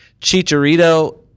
Chicharito